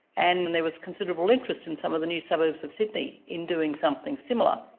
and there was considerable interest in some of the new suburbs of sydney in doing something similar.